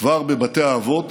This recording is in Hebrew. כבר בבתי האבות